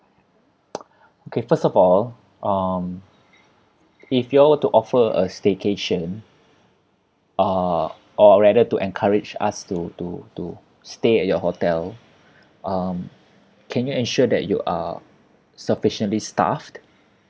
okay first of all um if you all were to offer a staycation uh or rather to encourage us to to to stay at your hotel um can you ensure that you are sufficiently staffed